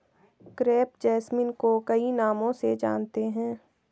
crepe jasmine को कई नामों से जानते हैं